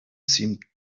seemed